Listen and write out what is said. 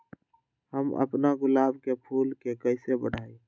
हम अपना गुलाब के फूल के कईसे बढ़ाई?